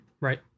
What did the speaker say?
Right